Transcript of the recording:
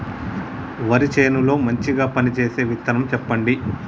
వరి చేను లో మంచిగా పనిచేసే విత్తనం చెప్పండి?